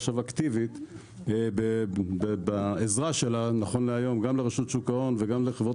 אז נכון להיום היא אקטיבית בעזרה שלה לרשות שוק ההון ולחברות